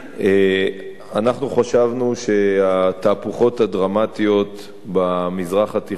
חשבנו שהתהפוכות הדרמטיות במזרח התיכון,